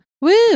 Woo